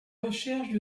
recherches